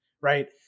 Right